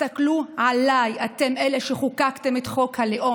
הסתכלו עליי, אתם, אלה שחוקקתם את חוק הלאום.